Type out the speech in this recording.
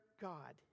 God